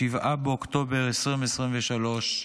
7 באוקטובר 2023,